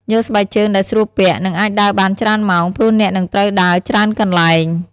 យកស្បែកជើងដែលស្រួលពាក់ និងអាចដើរបានច្រើនម៉ោង ព្រោះអ្នកនឹងត្រូវដើរច្រើនកន្លែង។